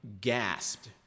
gasped